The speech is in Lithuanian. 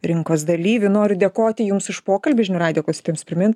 rinkos dalyvių noriu dėkoti jums už pokalbį žinių radijo klausytojams primint